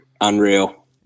Unreal